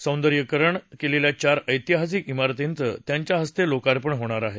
सौंदर्यीकरण केलेल्या चार ऐतिहासिक इमारतीचं त्यांच्या हस्ते लोकापर्ण होणार आहे